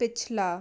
पिछला